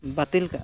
ᱵᱟ ᱛᱤᱞ ᱠᱟᱜ